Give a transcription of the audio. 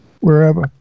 wherever